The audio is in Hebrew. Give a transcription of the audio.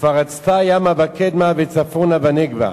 "ופרצת ימה וקדמה וצפנה ונגבה".